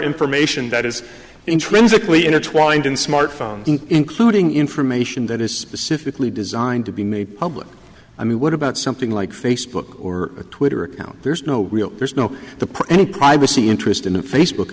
information that is intrinsically intertwined in smartphones including information that is specifically designed to be made public i mean what about something like facebook or a twitter account there's no real there's no the privacy interest in the facebook